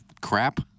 crap